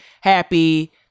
happy